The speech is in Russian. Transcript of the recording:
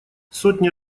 сотни